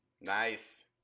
nice